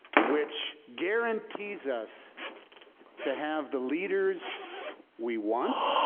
which guarantees us to have the leaders we want